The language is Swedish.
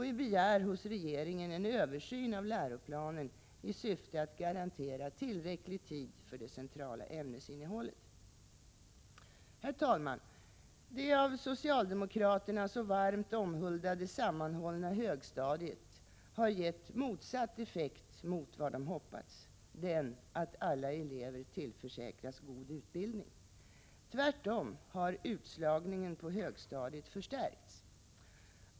Vi begär hos regeringen en översyn av läroplanen i syfte att garantera tillräcklig tid för det centrala ämnesinnehållet. Med detta yrkar jag bifall till reservation 1. Herr talman! Det av socialdemokraterna så varmt omhuldade sammanhållna högstadiet har gett motsatt effekt mot vad de hoppats — den att alla elever tillförsäkras god utbildning. Tvärtom har utslagningen på högstadiet förstärkts.